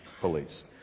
police